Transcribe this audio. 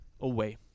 away